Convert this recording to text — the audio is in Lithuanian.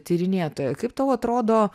tyrinėtoja kaip tau atrodo